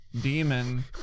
demon